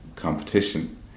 competition